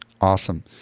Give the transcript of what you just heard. Awesome